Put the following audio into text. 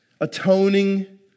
atoning